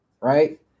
Right